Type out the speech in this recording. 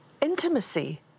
Intimacy